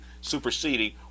superseding